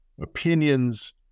opinions